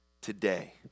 Today